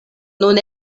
nun